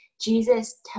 jesus